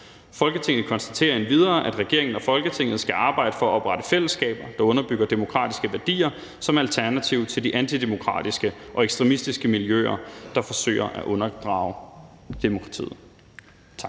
Folketinget konstaterer endvidere, at regeringen og Folketinget skal arbejde for at oprette fællesskaber, der underbygger demokratiske værdier som alternativ til de antidemokratiske og ekstremistiske miljøer, der forsøger at undergrave demokratiet«.